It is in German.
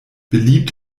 beliebt